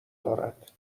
دارد